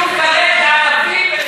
על אנשים שעולים להר-הבית?